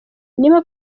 niba